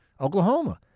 Oklahoma